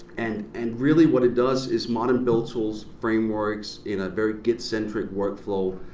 and and really what it does is modern build tools, frameworks in a very git-centric workflow,